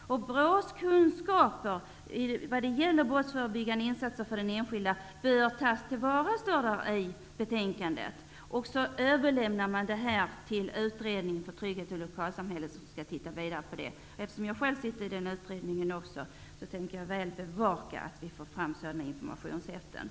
BRÅ:s kunskaper när det gäller brottsförebyggande insatser för den enskilda människan bör tas till vara, står det i betänkandet. Sedan överlämnar man detta till utredningen Trygghet i lokalsamhället som skall titta vidare på detta. Eftersom jag själv sitter i den utredningen också, tänker jag väl bevaka att vi får fram sådana informationshäften.